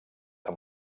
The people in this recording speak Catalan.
amb